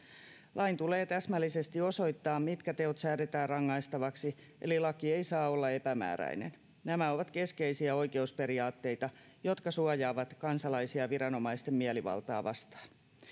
lain tulee täsmällisesti osoittaa mitkä teot säädetään rangaistavaksi eli laki ei saa olla epämääräinen nämä ovat keskeisiä oikeusperiaatteita jotka suojaavat kansalaisia viranomaisten mielivaltaa vastaan